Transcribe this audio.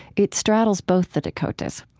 it straddles both the dakotas.